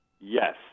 yes